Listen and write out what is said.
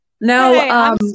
No